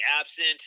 absent